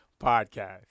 podcast